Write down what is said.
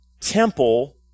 temple